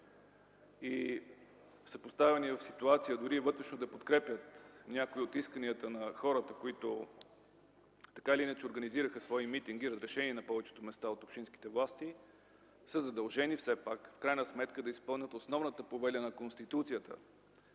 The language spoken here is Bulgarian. Поставени в ситуация, дори вътрешно да подкрепят някои от исканията на хората, които така или иначе организираха свои митинги, разрешени на повечето места от общинските власти, все пак в крайна сметка са задължени да изпълнят основната повеля на Конституцията